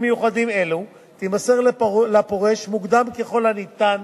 מיוחדים אלו תימסר לפורש מוקדם ככל הניתן